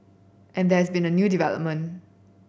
and there's been a new development